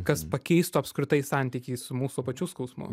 kas pakeistų apskritai santykį su mūsų pačių skausmu